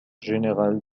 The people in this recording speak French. général